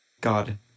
God